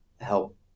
help